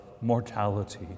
mortality